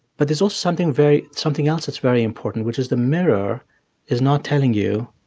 but there's also something very something else that's very important, which is the mirror is not telling you,